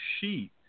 sheet